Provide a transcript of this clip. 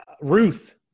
Ruth